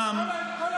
רם,